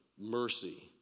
mercy